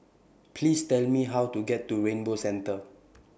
Please Tell Me How to get to Rainbow Centre